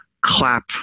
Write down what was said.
clap